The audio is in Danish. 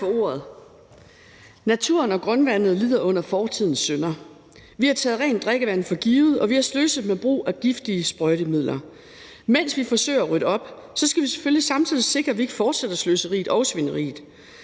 Naturen og grundvandet lider under fortidens synder. Vi har taget rent drikkevand for givet, og vi har sløset med brug af giftige sprøjtemidler. Mens vi forsøger at rydde op, skal vi selvfølgelig samtidig sikre, at vi ikke fortsætter sløseriet og svineriet.